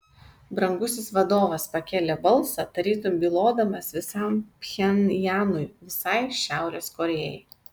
brangusis vadovas pakėlė balsą tarytum bylodamas visam pchenjanui visai šiaurės korėjai